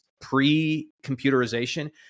pre-computerization